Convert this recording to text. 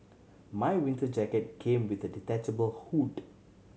my winter jacket came with a detachable hood